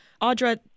Audra